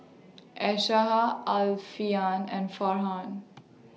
Aishah Alfian and Farhan